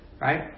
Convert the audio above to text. right